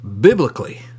biblically